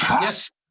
Yes